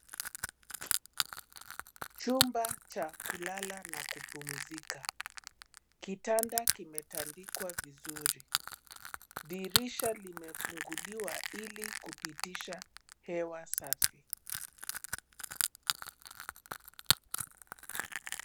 Chumba cha kulala na kupumzika, kitanda kimetandikwa vizuri, dirisha limefunguliwa ili kupitisha hewa safi.